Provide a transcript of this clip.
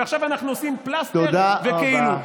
ועכשיו אנחנו עושים פלסתר וכאילו.